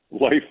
life